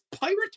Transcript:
pirate